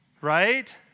right